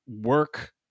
work